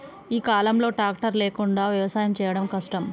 ఈ కాలం లో ట్రాక్టర్ లేకుండా వ్యవసాయం చేయడం కష్టం